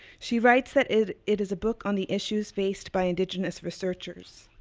she writes that it it is a book on the issues based by indigenous researchers.